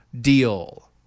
deal